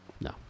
No